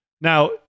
Now